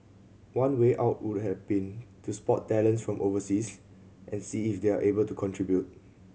one way out would have been to spot talents from overseas and see if they're able to contribute